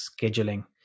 scheduling